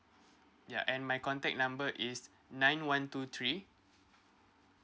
ya and my contact number is nine one two three